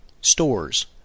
stores